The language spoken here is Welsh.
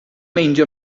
meindio